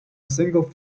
single